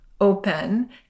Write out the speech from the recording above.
open